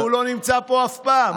הוא לא מגיב והוא לא נמצא פה אף פעם.